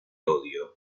odio